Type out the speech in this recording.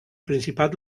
principat